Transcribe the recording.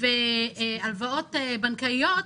והלוואות בנקאיות